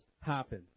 happen